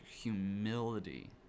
humility